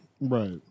Right